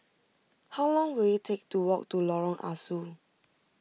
how long will it take to walk to Lorong Ah Soo